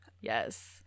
yes